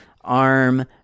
ARM